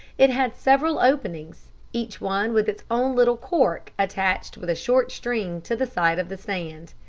it had several openings, each one with its own little cork attached with a short string to the side of the stand.